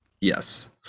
Yes